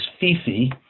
Fifi